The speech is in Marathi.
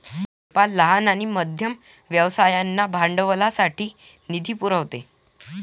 पेपाल लहान आणि मध्यम व्यवसायांना भांडवलासाठी निधी पुरवते